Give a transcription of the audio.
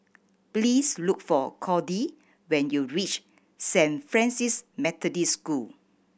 please look for Kody when you reach Saint Francis Methodist School